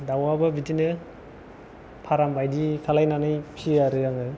दाउआबो बिदिनो फाराम बायदि खालायनानै फियो आरो आङो